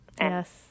Yes